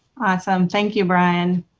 so um thank you, brian.